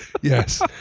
Yes